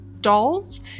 dolls